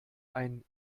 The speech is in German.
ein